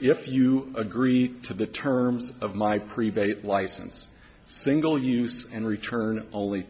if you agree to the terms of my previous license single use and return only